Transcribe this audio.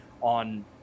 on